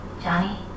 Johnny